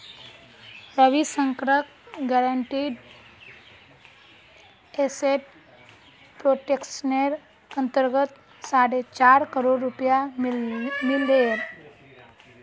रविशंकरक guaranteed asset प्रोटेक्शनेर अंतर्गत साढ़े चार करोड़ रुपया मिल ले